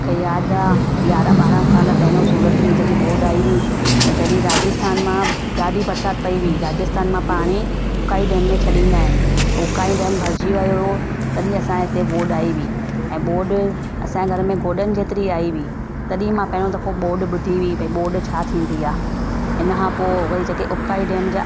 मूंखे यादि आहे यारहं ॿारहं साल पहिरियों सूरत में जॾहिं ॿोडि आई हुई त जॾहिं राजस्थान मां ॾाढी बरसाति पई हुई राजस्थान मां पाणी उकाई डेम में छ्ॾींदा आहिनि उकाई डेम भरिजी वई हुओ तॾहिं असां हिते ॿोडि आई हुई ऐं ॿोडि असांजे घर में गोॾनि जेतिरी आई हुई तॾहिं मां पहिरियों दफ़ो ॿोडि ॿुधी हुई भई ॿोडि छा थींदी आहे इन खां पोइ वरी जेके उकाई डेम जा